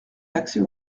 l’accès